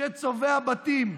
שצובע בתים,